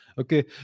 Okay